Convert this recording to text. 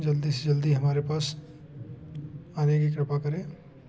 जल्दी से जल्दी हमारे पास आने की कृपा करें